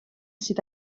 sydd